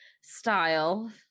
style